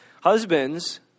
Husbands